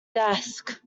desk